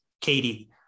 Katie